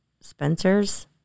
Spencers